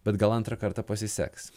bet gal antrą kartą pasiseks